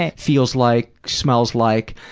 ah feels like, smells like.